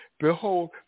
Behold